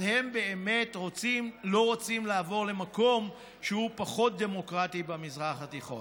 אז הם באמת לא רוצים לעבור למקום שהוא פחות דמוקרטי במזרח התיכון.